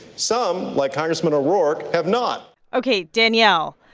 some, like congressman o'rourke, have not ok danielle,